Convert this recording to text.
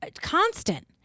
constant